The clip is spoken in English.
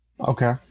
Okay